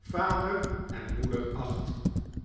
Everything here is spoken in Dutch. vader en moeder acht